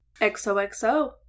XOXO